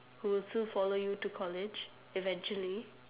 who will still follow you to college eventually